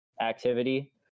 activity